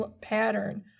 pattern